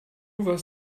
was